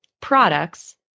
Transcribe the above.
products